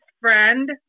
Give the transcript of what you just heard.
friend